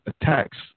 attacks